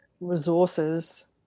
resources